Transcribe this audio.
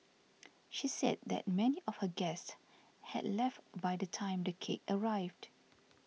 she said that many of her guests had left by the time the cake arrived